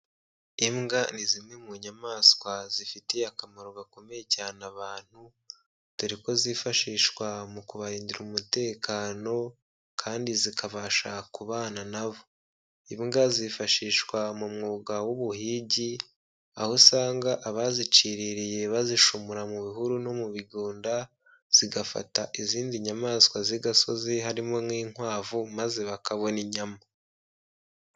Imbwa ni zimwe mu nyamaswa zifitiye akamaro gakomeye cyane abantu, dore ko zifashishwa mu kubarindira umutekano, kandi zikabasha kubana nabo, imbwa zifashishwa mu mwuga w'ubuhigi, aho usanga abaziciririye bazishumura mu bihuru no mu bigunda, zigafata izindi nyamaswa z'igasozi harimo nk'inkwavu maze bakabona inyama.